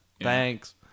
Thanks